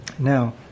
Now